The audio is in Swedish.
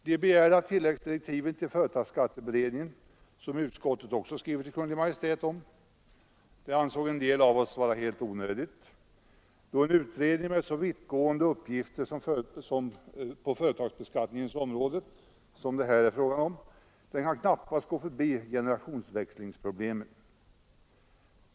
De begärda tilläggsdirektiven till företagsskatteberedningen, som utskottet också vill ha en skrivelse till Kungl. Maj:t om, ansåg en del av oss vara helt onödiga, enär en utredning med så vittgående uppgifter på företagsbeskattningens område som det här är fråga om knappast kan gå förbi generationsväxlingsproblemen.